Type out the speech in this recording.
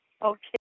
Okay